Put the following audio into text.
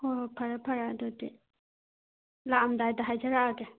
ꯍꯣꯏ ꯍꯣꯏ ꯐꯔꯦ ꯐꯔꯦ ꯑꯗꯨꯗꯤ ꯂꯥꯛꯑꯝꯗꯥꯏꯗ ꯍꯥꯏꯖꯔꯛꯑꯒꯦ